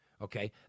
Okay